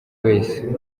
wese